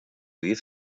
diez